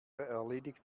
erledigt